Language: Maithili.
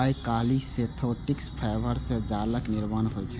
आइकाल्हि सिंथेटिक फाइबर सं जालक निर्माण होइ छै